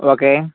okay